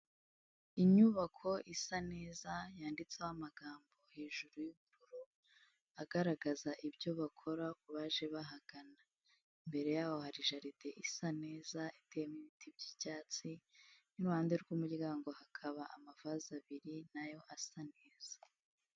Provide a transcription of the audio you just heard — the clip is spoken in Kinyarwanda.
Inyubako isa neza yanditseho amagambo hejuru y'ubururu agaragaza ibyo bakora kubaje bahagana, imbere yabo hari jaride isa neza iteyemo ibiti by'icyatsi, n'iruhande rw'umuryango hakaba amavaze abiri nayo asa neza.